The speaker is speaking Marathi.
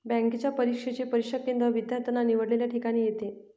बँकेच्या परीक्षेचे परीक्षा केंद्र विद्यार्थ्याने निवडलेल्या ठिकाणी येते